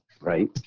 Right